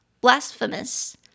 Blasphemous